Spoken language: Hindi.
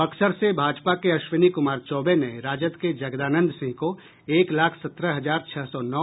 बक्सर से भाजपा के अश्विनी कुमार चौबे ने राजद के जगदानंद सिंह को एक लाख सत्रह हजार छह सौ नौ